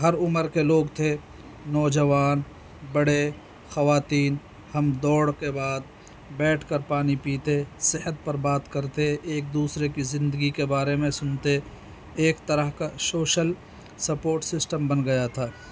ہر عمر کے لوگ تھے نوجوان بڑے خواتین ہم دوڑ کے بعد بیٹھ کر پانی پیتے صحت پر بات کرتے ایک دوسرے کی زندگی کے بارے میں سنتے ایک طرح کا شوشل سپورٹ سسٹم بن گیا تھا